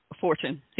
Fortune